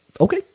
Okay